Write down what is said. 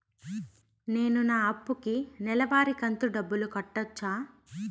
నేను నా అప్పుకి నెలవారి కంతు డబ్బులు కట్టొచ్చా?